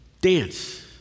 dance